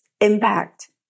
impact